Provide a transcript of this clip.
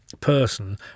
person